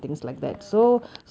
ya